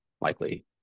likely